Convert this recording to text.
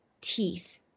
teeth